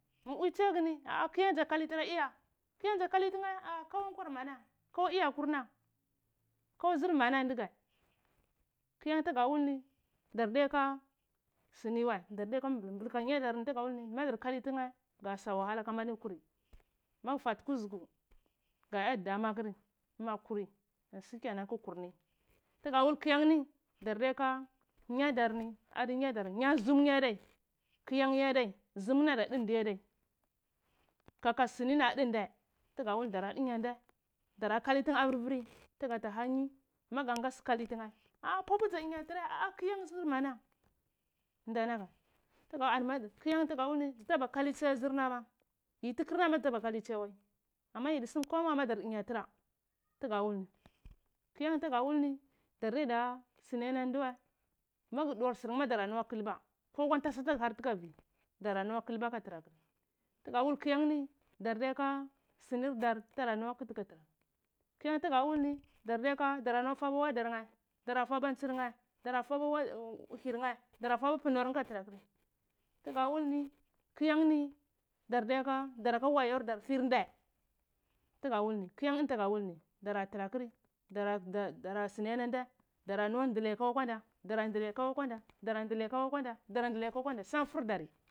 Mi bwui chiyagni a kyan za kali tra iya kya za kali tnae aa ka wan kwar mona kawa iya kurna kwa zr mana ndgae kyantga wulni dar di ake aini wae dardiyaka blka madar kali tnae gas a wahala kama dkuri mag fati kuzugu ga iya dama akri ma kuri sike nan kukurni tgawul kyan ni dar diyaka nya dar ni adi nyadar nya zm adai kyan adai kaka sini da din dae tga da wul dana di nya ndae dara kalitnae tgata hanyi gan gasi, kalitnae a’a pau adnyatra a’a kyan zr mana ndanaga tga ani ma de kyan nitga ha ztaba kali tschiye zrna ma yiti krna dar dnya tra tga wul ni kyan ni tga wul ni dar diya da sini ananduwa mag duwar srnae ma dara nuwa klba ko akwa ntasa tg harti ka vi dara nuwa klba ka tra kr tge wul kyan nidar diyaka sinir dar tana nursewa kti ka tra kyan tga wulni dar diyaka dara nuwa fa auda nae dara fava ntsir nae dara fava whir nae dara fava fnar nae ka tra kr tga wulni kyan ni dar diya ka daraka wayordar khirn dae tga wul ni kyan ni tga wul ni dara trakri dara sni anan dae dara nwandlai kgu akwan da daran dlai kau akande anduai kanakwande san indarea.